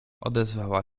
odezwała